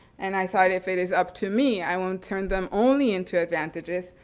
and i thought if it is up to me i won't turn them only into advantages,